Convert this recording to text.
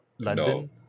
London